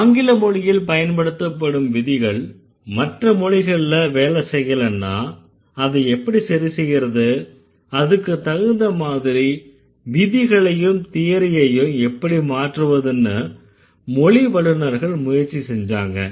ஆங்கில மொழியில் பயன்படுத்தப்படும் விதிகள் மற்ற மொழிகள்ல வேலை செய்யலன்னா அத எப்படி சரிசெய்யறது அதுக்குத்தகுந்த மாதிரி விதிகளையும் தியரியையும் எப்படி மாற்றுவதுன்னு மொழி வல்லுநர்கள் முயற்சி செஞ்சாங்க